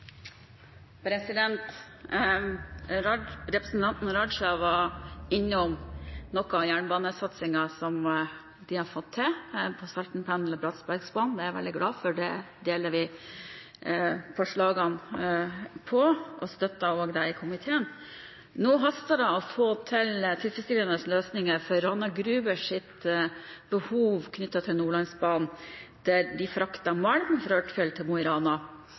Representanten Raja var innom noe i jernbanesatsingen som de har fått til på Saltenpendelen og Bratsbergbanen, det er jeg veldig glad for, det deler vi oppfatning om, og vi støtter også det i komiteen. Nå haster det å få til tilfredsstillende løsninger for Rana Grubers behov for Nordlandsbanen, der de frakter malm fra Ørtfjell til Mo i Rana.